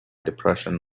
depression